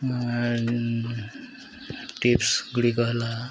tips ଗୁଡ଼ିକ ହେଲା